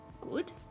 good